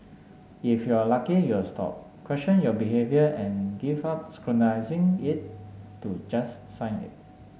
if you're lucky you'll stop question your behaviour and give up scrutinising it to just sign it